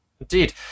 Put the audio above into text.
Indeed